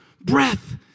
breath